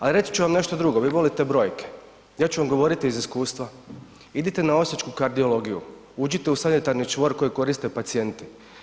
Ali reći ću vam nešto drugo, vi volite brojke, ja ću vam govoriti iz iskustva, idite na osječku kardiologiju, uđite u sanitarni čvor koji koriste pacijenti.